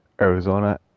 Arizona